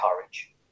courage